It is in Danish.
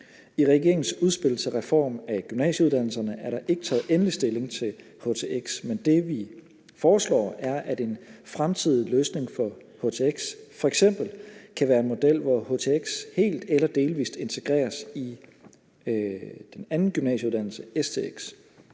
I regeringens udspil til reform af gymnasieuddannelserne er der ikke taget endelig stilling til htx, men det, vi foreslår, er, at en fremtidig løsning for htx f.eks. kan være en model, hvor htx helt eller delvis integreres i den anden gymnasieuddannelse stx.